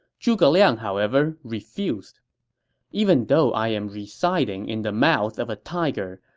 zhuge liang, however, refused even though i am residing in the mouth of a tiger,